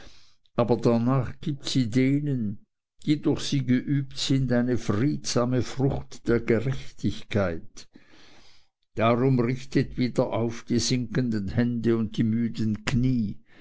aber darnach gibt sie denen die durch sie geübet sind eine friedsame frucht der gerechtigkeit darum richtet wieder auf die sinkenden hände und die müden knie